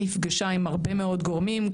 נפגשה עם הרבה מאוד גורמים,